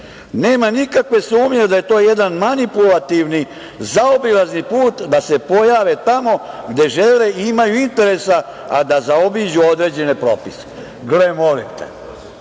Nema nikakve sumnje da je to jedan manipulativni, zaobilazni put da se pojave tamo gde žele i imaju interesa, a da zaobiđu određene propise. Gle, molim te.